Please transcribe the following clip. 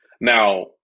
Now